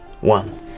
one